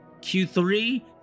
q3